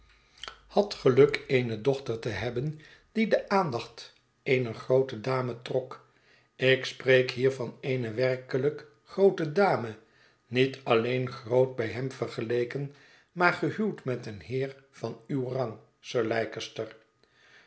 historie geluk eene dochter te hebben die de aandacht eener groote dame trok ik spreek hier van eene werkelijk groote dame niet alleen groot bij hem vergeleken maar gehuwd met een heer van uw rang sir